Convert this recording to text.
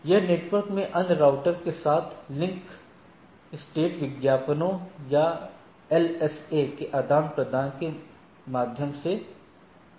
यह नेटवर्क में अन्य राउटर के साथ लिंक स्टेट विज्ञापनों या LSA के आदान प्रदान के माध्यम से किया जाता है